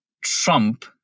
Trump